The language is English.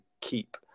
keep